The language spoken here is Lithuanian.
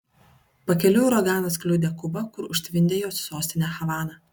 pakeliui uraganas kliudė kubą kur užtvindė jos sostinę havaną